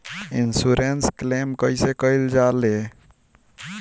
Insurance claim कइसे कइल जा ले?